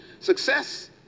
Success